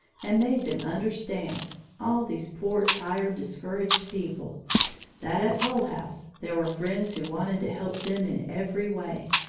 and made them understand all these poor, tired, discouraged people that at hull house there were friends who wanted to help them in every way.